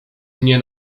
mnie